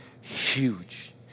huge